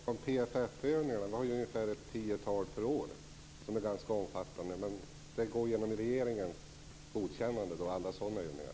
Herr talman! Jag tänkte ta upp en fråga om PFF övningar. Det är ungefär ett tiotal övningar per år, och de är ganska omfattande. Går det genom regeringen så att regeringen godkänner alla sådana övningar?